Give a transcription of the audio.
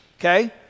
okay